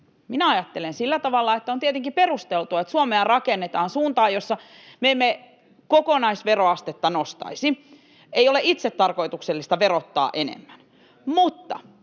Minä ajattelen sillä tavalla, että on tietenkin perusteltua, että Suomea rakennetaan suuntaan, jossa me emme kokonaisveroastetta nostaisi — ei ole itsetarkoituksellista verottaa enemmän. Mutta